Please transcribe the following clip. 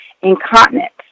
Incontinence